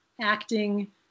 acting